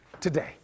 today